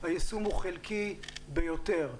היישום הוא חלקי ביותר,